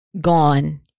gone